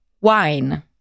Wine